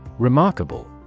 Remarkable